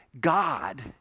God